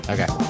Okay